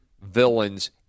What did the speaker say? villains